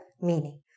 meaning